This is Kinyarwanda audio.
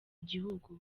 gihugu